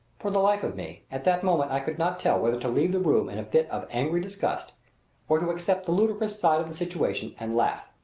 for the life of me, at that moment i could not tell whether to leave the room in a fit of angry disgust or to accept the ludicrous side of the situation and laugh.